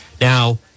Now